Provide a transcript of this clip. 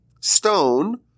stone